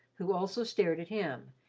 who also stared at him,